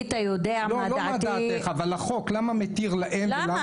לא מה דעתך, אבל החוק למה מתיר להן ולנו לא?